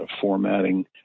formatting